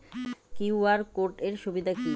QR code এর সুবিধা কি?